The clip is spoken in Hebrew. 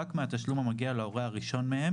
רק מהתשלום המגיע להורה הראשון מהם